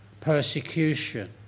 persecution